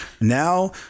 now